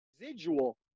residual